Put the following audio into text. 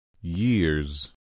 years